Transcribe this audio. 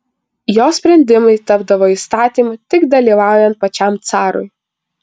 jo sprendimai tapdavo įstatymu tik dalyvaujant pačiam carui